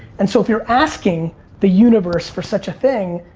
and so if you're asking the universe for such a thing.